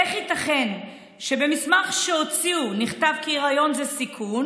איך ייתכן שבמסמך שהוציאו נכתב כי היריון זה סיכון